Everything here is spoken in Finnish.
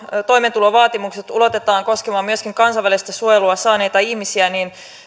toimeentulovaatimukset ulotetaan koskemaan myöskin kansainvälistä suojelua saaneita ihmisiä niin